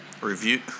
review